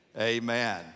amen